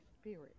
spirit